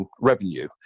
revenue